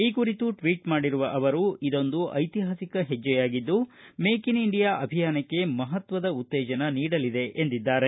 ಈ ಕುರಿತು ಟ್ವೀಟ್ ಮಾಡಿರುವ ಅವರು ಇದೊಂದು ಐತಿಹಾಸಿಕ ಹೆಜ್ಜೆಯಾಗಿದ್ದು ಮೇಕ್ ಇನ್ ಇಂಡಿಯಾ ಅಭಿಯಾನಕ್ಕೆ ಮಹತ್ವದ ಉತ್ತೇಜನ ನೀಡಲಿದೆ ಎಂದಿದ್ದಾರೆ